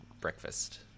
breakfast